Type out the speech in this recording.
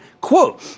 Quote